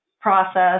process